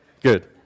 Good